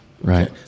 Right